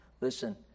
Listen